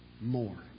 more